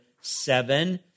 seven